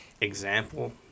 example